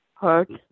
hurt